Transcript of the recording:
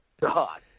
God